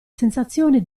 sensazioni